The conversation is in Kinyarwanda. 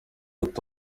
ati